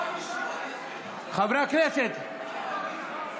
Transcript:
אינה נוכחת יעקב מרגי,